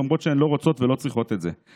אומרות שהן לא רוצות ולא צריכות את זה.